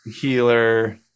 healer